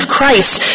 Christ